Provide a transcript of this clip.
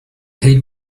hate